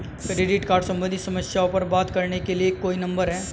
Credit card सम्बंधित समस्याओं पर बात करने के लिए कोई नंबर है?